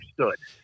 understood